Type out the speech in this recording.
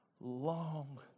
long